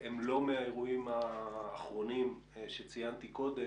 הם לא מהאירועים האחרונים שציינתי קודם,